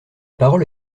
parole